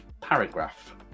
paragraph